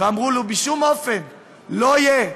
והם אמרו לי: בשום אופן לא יהיה,